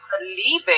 leaving